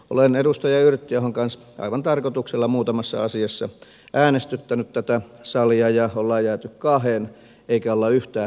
olen edustaja yrttiahon kanssa aivan tarkoituksella muutamassa asiassa äänestyttänyt tätä salia ja olemme jääneet kahden emmekä ole yhtään hävenneet sitä